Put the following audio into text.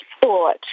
thought